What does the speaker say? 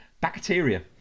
Bacteria